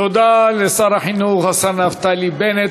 תודה לשר החינוך, השר נפתלי בנט.